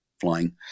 flying